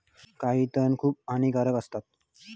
काही तण खूप हानिकारक असतत